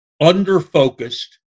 under-focused